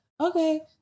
okay